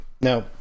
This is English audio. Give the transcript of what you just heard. now